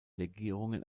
legierungen